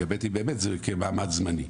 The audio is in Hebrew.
כי ב' באמת הם כמעמד זמני.